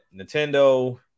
Nintendo